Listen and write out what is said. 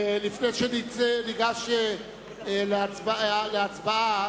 לפני שניגש להצבעה